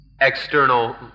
external